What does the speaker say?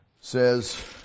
says